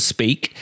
Speak